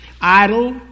Idle